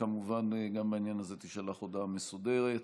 וכמובן גם בעניין הזה תישלח הודעה מסודרת.